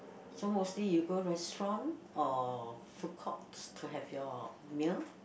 so mostly you go restaurant or food court to have your meal